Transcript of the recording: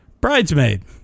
Bridesmaid